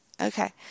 Okay